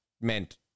meant